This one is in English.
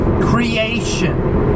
creation